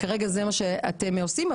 שזה מה שכרגע אתם עושים.